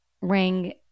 ring